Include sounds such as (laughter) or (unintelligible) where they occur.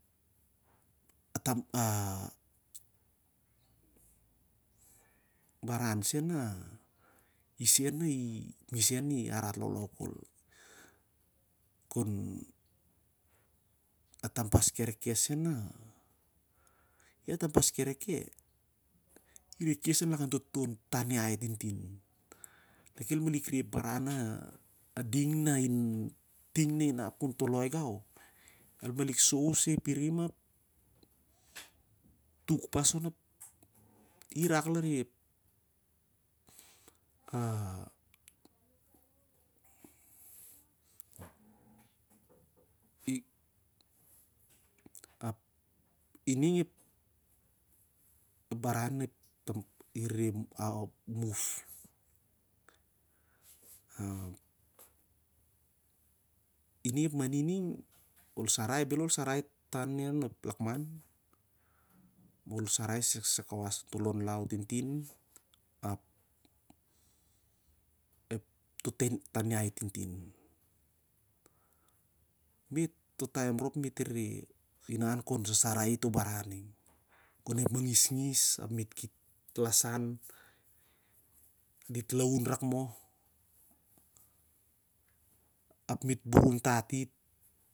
Ah tam ah baran sen na ep nisan ngisen irat kol. (unintelligible) Ia tampas kereke na ikes lakan toh tan iahi tintin. Ne kel malik re ep baran na a ding na inap el toloi gau el malik sou sai pirim ap tuk pas onep irak larep a- i ap ining ep baran i re- ah- ining ep mani ning ol sarai, bel ol sarai tan lakman ma ol sarai sai kawas lon buibui. (unintelligible) In ap nen to tan iahi tintin ap toh taem rop me't re inan kon sasarai itoh baran ning. Kon ep mangisngis ap me't lasan dit laun rak moh ap me't burun tat dit